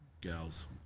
gals